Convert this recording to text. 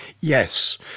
Yes